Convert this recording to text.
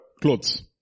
clothes